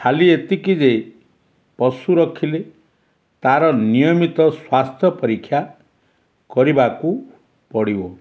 ଖାଲି ଏତିକି ଯେ ପଶୁ ରଖିଲେ ତାର ନିୟମିତ ସ୍ୱାସ୍ଥ୍ୟ ପରୀକ୍ଷା କରିବାକୁ ପଡ଼ିବ